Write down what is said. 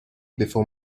before